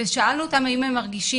ושאלנו אותם האם הם מרגישים